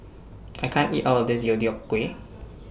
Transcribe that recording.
I can't eat All of This Deodeok Gui